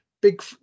big